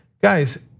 guys,